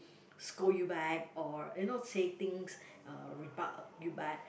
scold you back or you know say things uh rebut uh you back